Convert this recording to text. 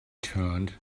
turned